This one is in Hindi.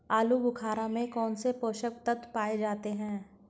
आलूबुखारा में कौन से पोषक तत्व पाए जाते हैं?